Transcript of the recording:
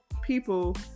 people